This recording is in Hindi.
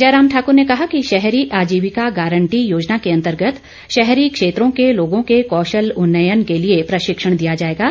जयराम ठाकुर ने कहा कि शहरी आजीविका गारंटी योजना के अंतर्गत शहरी क्षेत्रों के लोगों के कौशल उन्नयन के लिए प्रशिक्षण दिया जाएगा